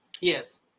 yes